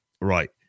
right